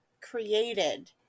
created